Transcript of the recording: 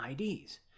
IDs